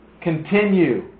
Continue